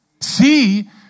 see